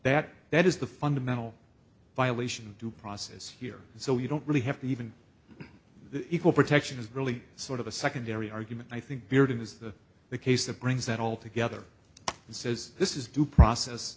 that that is the fundamental violation of due process here so you don't really have to even the equal protection is really sort of a secondary argument i think beard is that the case that brings that all together and says this is due process